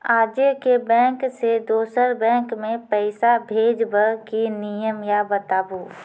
आजे के बैंक से दोसर बैंक मे पैसा भेज ब की नियम या बताबू?